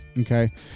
Okay